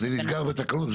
-- זה נסגר בתקנות,